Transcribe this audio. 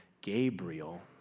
Gabriel